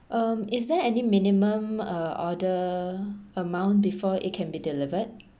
um is there any minimum uh order amount before it can be delivered